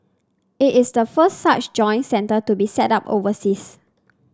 it is the first such joint centre to be set up overseas